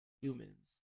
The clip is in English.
humans